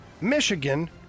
Michigan